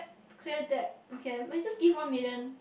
clear debt okay can but you just give one million